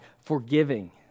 forgiving